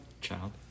child